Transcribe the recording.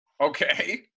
Okay